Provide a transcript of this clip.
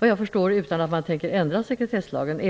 jag förstår kommer detta att kunna ske utan att man ändrar sekretesslagen.